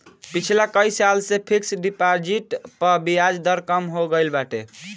पिछला कई साल से फिक्स डिपाजिट पअ बियाज दर कम हो गईल बाटे